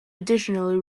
additionally